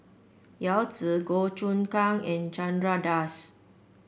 Yao Zi Goh Choon Kang and Chandra Das